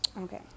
Okay